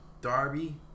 Darby